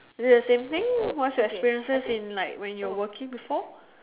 is it the same thing what's your experiences in like when you're working before